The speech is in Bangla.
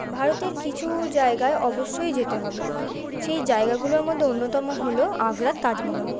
ভারতের কিছু জায়গায় অবশ্যই যেতে হবে সেই জায়গাগুলোর মধ্যে অন্যতম হল আগ্রার তাজমহল